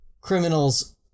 criminal's